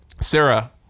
Sarah